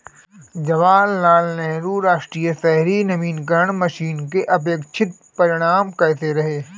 जवाहरलाल नेहरू राष्ट्रीय शहरी नवीकरण मिशन के अपेक्षित परिणाम कैसे रहे?